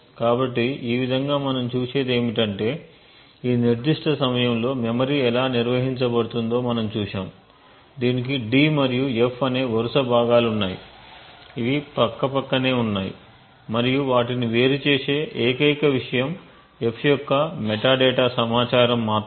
కాబట్టి ఈ విధంగా మనం చూసేది ఏమిటంటే ఈ నిర్దిష్ట సమయంలో మెమరీ ఎలా నిర్వహించబడుతుందో మనం చూశాము దీనికి d మరియు f అనే వరుస భాగాలు ఉన్నాయి ఇవి పక్కపక్కనే ఉన్నాయి మరియు వాటిని వేరుచేసే ఏకైక విషయం f యొక్క మెటాడేటా సమాచారం మాత్రమే